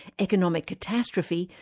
economic catastrophe,